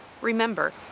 Remember